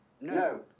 No